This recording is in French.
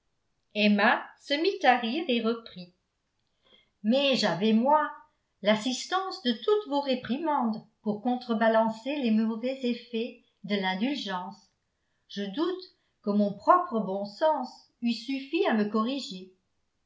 se mit à rire et reprit mais j'avais moi l'assistance de toutes vos réprimandes pour contrebalancer les mauvais effets de l'indulgence je doute que mon propre bon sens eût suffi à me corriger